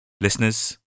listeners